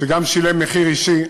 שגם שילם מחיר אישי,